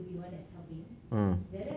mm